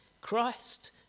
Christ